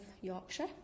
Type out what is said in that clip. Yorkshire